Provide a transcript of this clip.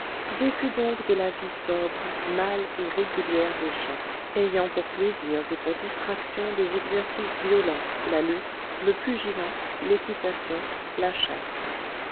vécut donc de la vie sobre mâle et régulière des champs ayant pour plaisirs et pour distractions des exercices violents la lutte le pugilat l'équitation la chasse